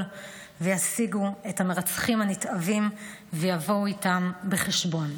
וישיגו את המרצחים הנתעבים ויבואו איתם חשבון.